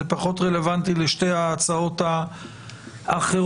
זה פחות רלוונטי לשתי ההצעות האחרות,